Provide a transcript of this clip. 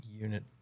Unit